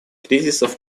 кризисов